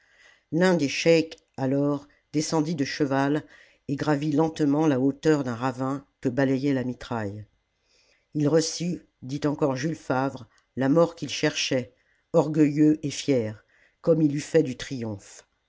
l'un des cheiks alors descendit de cheval et gravit lentement la hauteur d'un ravin que balayait la mitraille il reçut dit encore jules favre la mort qu'il cherchait orgueilleux et fier comme il eût fait du triomphe